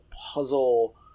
puzzle